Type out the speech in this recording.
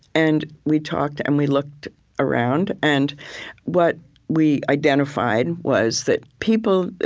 and we talked, and we looked around. and what we identified was that people,